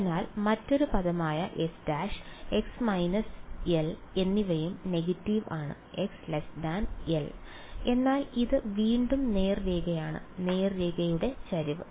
അതിനാൽ മറ്റൊരു പദമായ x′ x − l എന്നിവയും നെഗറ്റീവ് x l എന്നാൽ ഇത് വീണ്ടും നേർരേഖയാണ് നേർരേഖയുടെ ചരിവ്